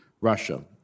Russia